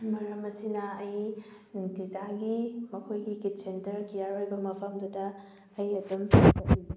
ꯃꯔꯝ ꯑꯁꯤꯅ ꯑꯩ ꯅꯨꯡꯇꯤꯖꯥꯏꯒꯤ ꯃꯈꯣꯏꯒꯤ ꯀꯤꯠ ꯁꯦꯟꯇꯔ ꯀꯤꯌꯥꯔ ꯑꯣꯏꯕ ꯃꯐꯝꯗꯨꯗ ꯑꯩ ꯑꯗꯨꯝ ꯆꯠꯂꯤ